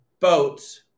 Boats